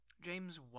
James